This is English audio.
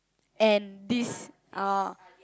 and this orh